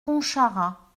pontcharra